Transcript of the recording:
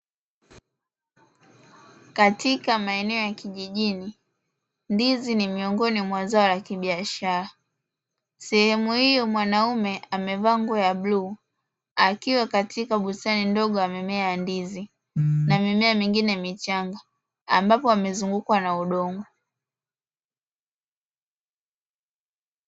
Katika maeneo ya kijijini ndizi ni miongoni mwa zao la kibiashara, sehemu hiyo mwanamume amevaa nguo ya bluu akiwa katika bustani ndogo ya mimea ndizi na mimea mingine michanga ambapo amezungukwa na udongo.